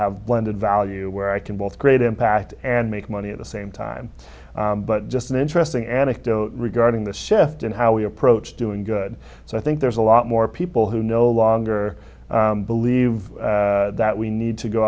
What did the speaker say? have landed value where i can both great impact and make money at the same time but just an interesting anecdote regarding the shift in how we approach doing good so i think there's a lot more people who no longer believe that we need to go